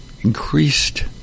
increased